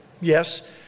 Yes